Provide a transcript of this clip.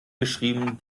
geschrieben